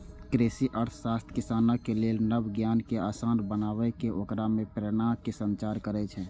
कृषि अर्थशास्त्र किसानक लेल नव ज्ञान कें आसान बनाके ओकरा मे प्रेरणाक संचार करै छै